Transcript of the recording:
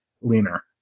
leaner